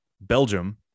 Belgium